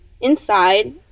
inside